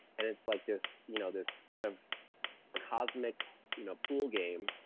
and it's like this you know this kind of cosmic you know pool game,